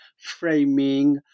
framing